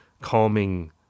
calming